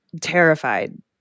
terrified